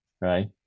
right